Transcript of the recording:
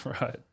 right